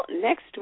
next